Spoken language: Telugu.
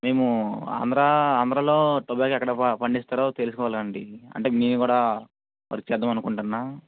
మేము ఆంధ్రా ఆంధ్రాలో టొబాకో ఎక్కడ ఎక్కడ పండిస్తారో తెలుసుకోవాలండి అంటే నేను కూడా వర్క్ చేద్దామనుకుంటున్న